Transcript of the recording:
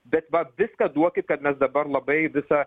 bet va viską duokit kad mes dabar labai visą